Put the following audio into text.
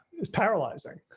is paralyzing.